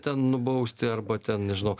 ten nubausti arba ten nežinau